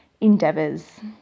endeavors